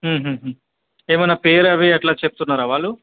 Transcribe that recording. ఏమైనా పేరు అవి అలా చెప్తున్నరా వాళ్ళు